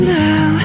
now